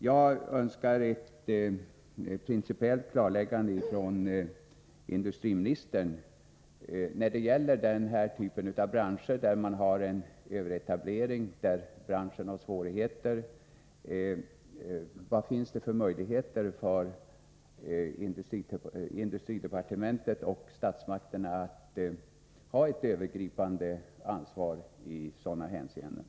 Jag önskar ett principiellt klarläggande av industriministern när det gäller den här typen av branscher, som på grund av överetablering har svårigheter. Vilka möjligheter har industridepartementet och statsmakterna när det gäller det övergripande ansvaret i sådana här fall?